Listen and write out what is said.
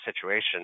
situation